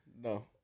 No